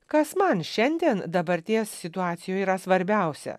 kas man šiandien dabarties situacijoj yra svarbiausia